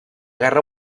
guerra